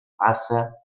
passa